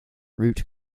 root